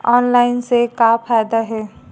Online से का फ़ायदा हे?